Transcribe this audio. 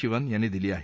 शिवन यांनी दिली आहे